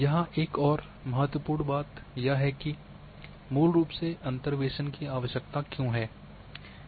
यहां एक और महत्वपूर्ण बात यह है कि मूल रूप से अंतर्वेसन की आवश्यकता क्यों है